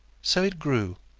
so it grew.